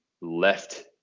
left